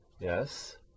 yes